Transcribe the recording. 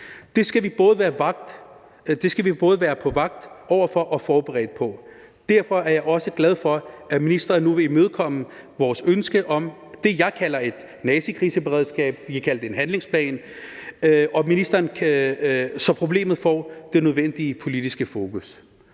Det skal vi både være på vagt over for og forberedt på. Derfor er jeg også glad for, at ministeren nu vil imødekomme vores ønske om det, jeg kalder et nazikriseberedskab – vi kan kalde det en handlingsplan – så problemet får det nødvendige politiske fokus.